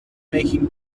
making